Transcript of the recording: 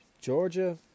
Georgia